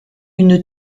une